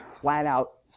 flat-out